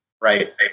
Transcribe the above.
Right